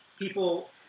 people